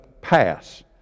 pass